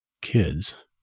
kids